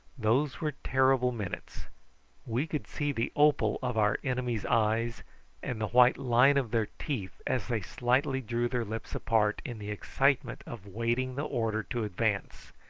those were terrible minutes we could see the opal of our enemies' eyes and the white line of their teeth as they slightly drew their lips apart in the excitement of waiting the order to advance.